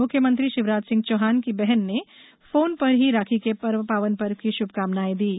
मुख्यमंत्री शिवराज सिंह चौहान की बहन ने फोन पर ही राखी के पावन पर्व की श्भकामनायें दीं